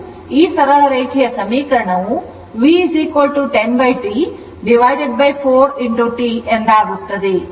ಈ ಸರಳ ರೇಖೆಯ ಸಮೀಕರಣವು V 10 T 4 T ಎಂದಾಗುತ್ತದೆ